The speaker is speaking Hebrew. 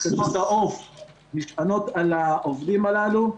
משחטות העוף נשענות על העובדים הללו.